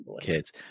kids